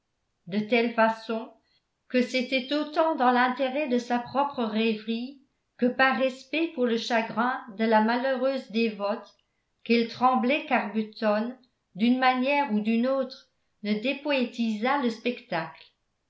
de telle façon que c'était autant dans l'intérêt de sa propre rêverie que par respect pour le chagrin de la malheureuse dévote qu'elle tremblait qu'arbuton d'une manière ou d'une autre ne dépoétisât le spectacle